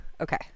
Okay